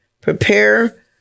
prepare